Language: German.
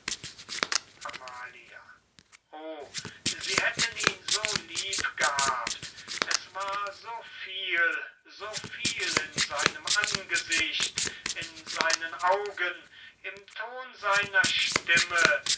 amalia oh sie hätten ihn so lieb gehabt es war so viel so viel in seinem angesicht in seinen augen im ton seiner stimme